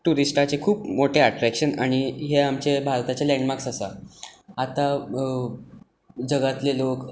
ट्युरिस्टांचें खूब मोठे अट्रॅकशन आनी हे आमचे भारताचे लैंडमार्क्स आसात आतां जगांतले लोक